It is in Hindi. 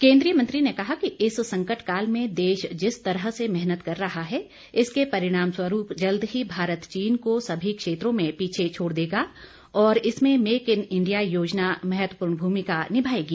केन्द्रीय मंत्री ने कहा कि इस संकट काल में देश जिस तरह से मेहनत कर रहा है इसके परिणाम स्वरूप जल्द ही भारत चीन को सभी क्षेत्रों में पीछे छोड़ देगा और इसमें मेक इन इंडिया योजना भूमिका महत्वपूर्ण भूमिका निभाएगी